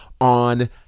on